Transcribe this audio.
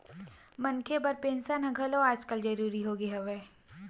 मनखे बर पेंसन ह घलो आजकल जरुरी होगे हवय